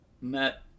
met